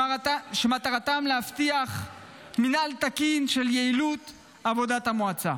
שמטרתן להבטיח מינהל תקין של יעילות עבודת המועצה.